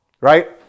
Right